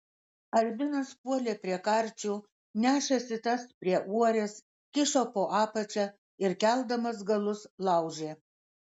albinas puolė prie karčių nešėsi tas prie uorės kišo po apačia ir keldamas galus laužė